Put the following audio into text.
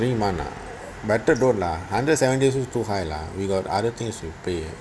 three month ah better don't lah hundred seventy still too high lah we got other things to pay